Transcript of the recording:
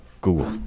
google